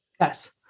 Yes